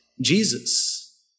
Jesus